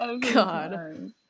God